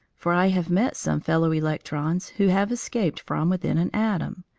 for i have met some fellow-electrons who have escaped from within an atom,